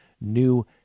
new